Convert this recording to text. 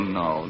no